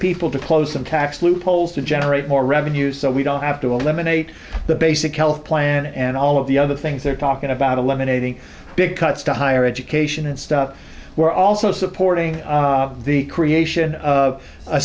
people to close some tax loopholes to generate more revenue so we don't have to eliminate the basic health plan and all of the other things they're talking about a lemon a big cuts to higher education and stuff we're also supporting the creation of a